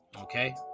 okay